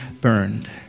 burned